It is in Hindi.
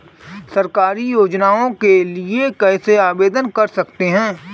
सरकारी योजनाओं के लिए कैसे आवेदन कर सकते हैं?